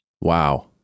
Wow